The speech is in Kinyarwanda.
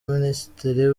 minisitiri